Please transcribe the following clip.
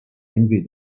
envy